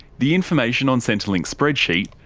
the information on centrelink's spreadsheet,